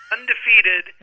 Undefeated